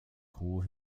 crew